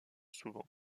souvent